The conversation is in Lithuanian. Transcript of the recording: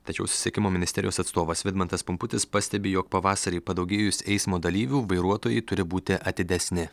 tačiau susisiekimo ministerijos atstovas vidmantas pumputis pastebi jog pavasarį padaugėjus eismo dalyvių vairuotojai turi būti atidesni